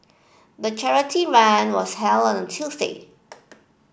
the charity run was held on a Tuesday